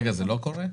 כרגע זה לא קורה?